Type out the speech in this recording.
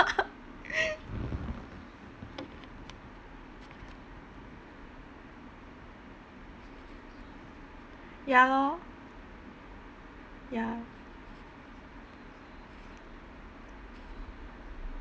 ya lor ya